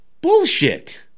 Bullshit